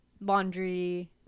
laundry